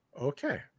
Okay